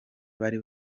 bari